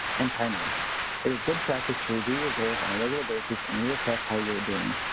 and timely. it is good practice to review your goals on a regular basis and reassess how you're doing.